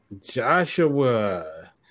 Joshua